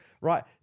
right